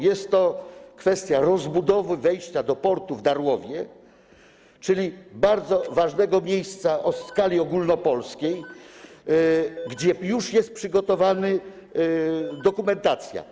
Jest to kwestia rozbudowy wejścia do portu w Darłowie, czyli bardzo ważnego miejsca o skali ogólnopolskiej, do czego już jest przygotowana dokumentacja.